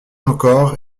encore